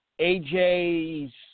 AJ's